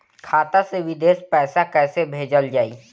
खाता से विदेश पैसा कैसे भेजल जाई?